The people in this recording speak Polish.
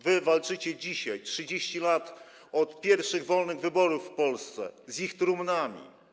Wy walczycie dzisiaj, 30 lat od pierwszych wolnych wyborów w Polsce, z ich trumnami.